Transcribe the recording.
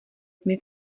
tmy